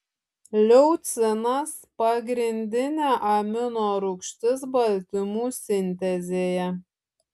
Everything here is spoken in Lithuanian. leucinas pagrindinė amino rūgštis baltymų sintezėje